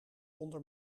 onder